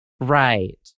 Right